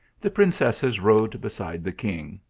the princesses rode beside the king,